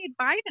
Biden